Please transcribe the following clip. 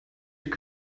your